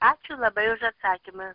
ačiū labai už atsakymą